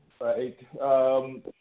right